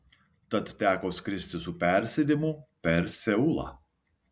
tad teko skristi su persėdimu per seulą